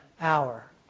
hour